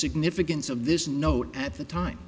significance of this note at the time